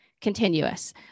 continuous